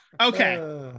Okay